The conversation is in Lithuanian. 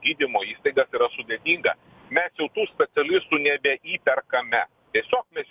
gydymo įstaigas yra sudėtinga mes jau tų specialistų nebeįperkame tiesiog mes